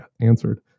answered